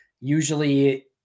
Usually